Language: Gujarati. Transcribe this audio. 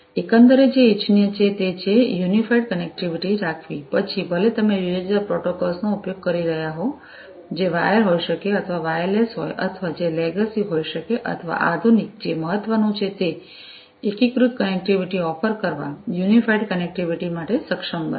એકંદરે જે ઇચ્છનીય છે તે છે કે યુનિફાઇડ કનેક્ટિવિટી રાખવી પછી ભલે તમે જુદા જુદા પ્રોટોકોલ નો ઉપયોગ કરી રહ્યા હોય જે વાયર હોઈ શકે અથવા વાયરલેસ હોય અથવા જે લેગસી હોઈ શકે અથવા આધુનિક જે મહત્ત્વનું છે તે એકીકૃત કનેક્ટિવિટી ઓફર કરવા યુનિફાઇડ કનેક્ટિવિટી માટે સક્ષમ બનવું